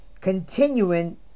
continuing